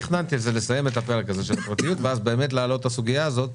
תכננתי לסיים את הפרק הזה של הפרטיות ואז להעלות את הסוגיה הזאת,